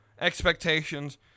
expectations